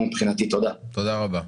תודה רבה.